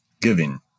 giving